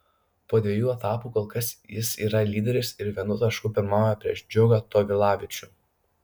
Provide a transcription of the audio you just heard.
po dviejų etapų kol kas jis yra lyderis ir vienu tašku pirmauja prieš džiugą tovilavičių